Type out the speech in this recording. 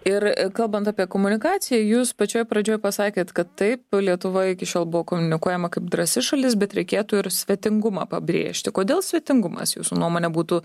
ir kalbant apie komunikaciją jūs pačioj pradžioj pasakėt kad taip lietuva iki šiol buvo komunikuojama kaip drąsi šalis bet reikėtų ir svetingumą pabrėžti kodėl svetingumas jūsų nuomone būtų